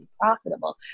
profitable